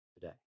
today